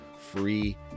free